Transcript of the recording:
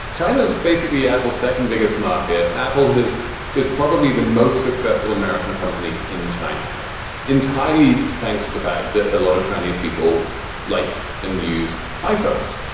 china is basically apple's second biggest market. apple has is probably the most successful american company in china entirely thanks to the fact that a lot of chinese people like and use iphones.